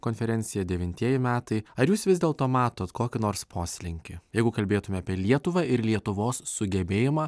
konferencija devintieji metai ar jūs vis dėlto matot kokį nors poslinkį jeigu kalbėtume apie lietuvą ir lietuvos sugebėjimą